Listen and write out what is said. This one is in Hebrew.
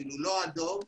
לא אדום,